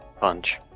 punch